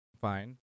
fine